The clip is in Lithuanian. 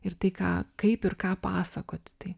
ir tai ką kaip ir ką pasakoti tai